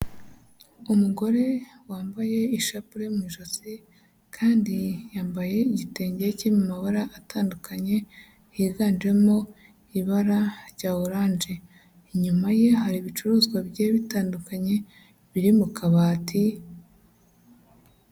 Umugore wambaye ishapure mu ijosi kandi yambaye igitenge kiri mu mabara atandukanye higanjemo ibara rya oranje, inyuma ye hari ibicuruzwa bigiye bitandukanye biri mu kabati.